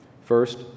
First